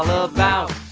ah about